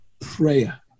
prayer